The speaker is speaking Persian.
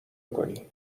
کنی